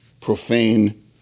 profane